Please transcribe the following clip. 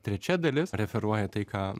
trečia dalis referuoja tai ką